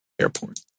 airport